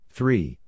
Three